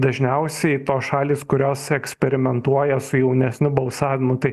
dažniausiai tos šalys kurios eksperimentuoja su jaunesniu balsavimu tai